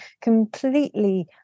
completely